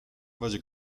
wodzie